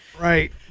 right